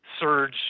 surge